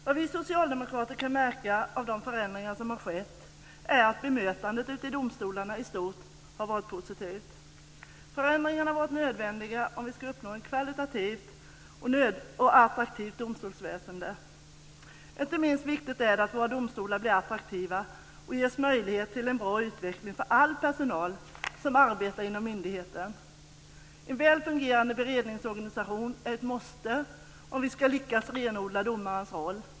Det vi socialdemokrater har märkt är att man ute i domstolarna i stort sett har bemött de förändringar som har skett positivt. Förändringarna har varit nödvändiga för vi ska uppnå ett kvalitativt och attraktivt domstolsväsende. Inte minst viktigt är det att våra domstolar blir attraktiva och att det ges möjlighet till en bra utveckling för all personal som arbetar inom myndigheten. En väl fungerande beredningsorganisation är ett måste om vi ska lyckas renodla domarnas roll.